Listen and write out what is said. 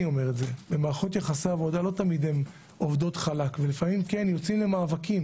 מערכות יחסי עבודה לא תמיד עובדות חלק ולפעמים יוצאים למאבקים